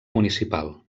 municipal